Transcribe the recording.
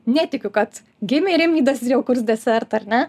netikiu kad gimė rimvydas ir jau kurs desertą ar ne